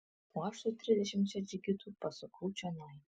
o aš su trisdešimčia džigitų pasukau čionai